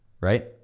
right